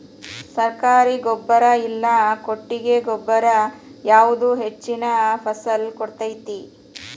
ಸರ್ಕಾರಿ ಗೊಬ್ಬರ ಇಲ್ಲಾ ಕೊಟ್ಟಿಗೆ ಗೊಬ್ಬರ ಯಾವುದು ಹೆಚ್ಚಿನ ಫಸಲ್ ಕೊಡತೈತಿ?